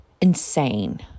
insane